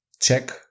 check